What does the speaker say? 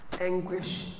anguish